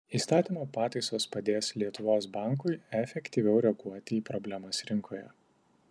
įstatymo pataisos padės lietuvos bankui efektyviau reaguoti į problemas rinkoje